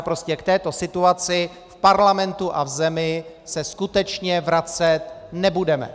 Prostě k této situaci se v parlamentu a v zemi se skutečně vracet nebudeme.